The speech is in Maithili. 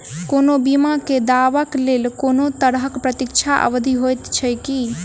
कोनो बीमा केँ दावाक लेल कोनों तरहक प्रतीक्षा अवधि होइत छैक की?